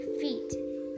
feet